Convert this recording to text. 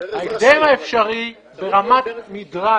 בהקדם האפשרי ברמת מדרג